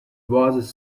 was